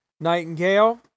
Nightingale